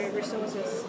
resources